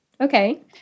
Okay